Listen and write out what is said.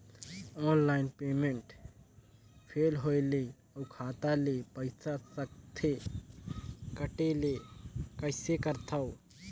Online payment fail होय ले अउ खाता ले पईसा सकथे कटे ले कइसे करथव?